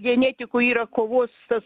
genetikoj yra kovos tas